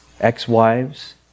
ex-wives